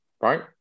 right